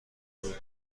نمی